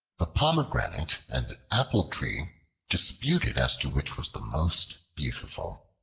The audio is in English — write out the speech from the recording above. the pomegranate and apple-tree disputed as to which was the most beautiful.